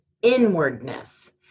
inwardness